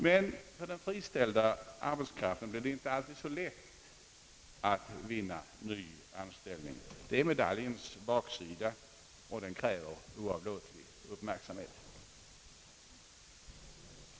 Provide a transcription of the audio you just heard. Men för den friställda arbetskraften blir det inte alltid så lätt att vinna en ny anställning. Detta är medaljens baksida, vilken kräver en oavlåtlig uppmärksamhet.